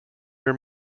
your